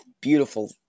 beautiful